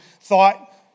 thought